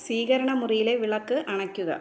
സ്വീകരണ മുറിയിലെ വിളക്ക് അണയ്ക്കുക